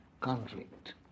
conflict